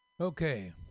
Okay